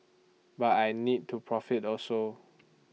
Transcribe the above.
but I need to profit also